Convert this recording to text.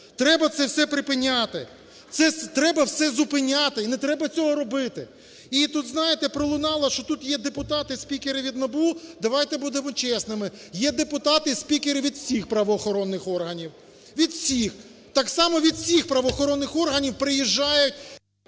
Треба це все припиняти, треба все зупиняти і не треба цього робити. І тут, знаєте, пролунало, що тут є депутати-спікери від НАБУ, давайте будемо чесними, є депутати-спікери від всіх правоохоронних органів, від всіх, так само від всіх правоохоронних органів приїжджають…